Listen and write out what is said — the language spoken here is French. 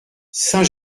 saint